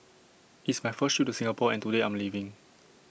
it's my first trip to Singapore and today I'm leaving